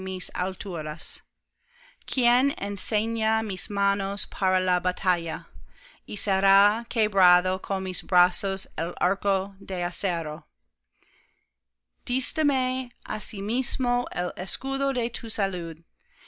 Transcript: alturas quien enseña mis manos para la batalla y será quebrado con mis brazos el arco de acero dísteme asimismo el escudo de tu salud